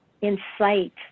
incite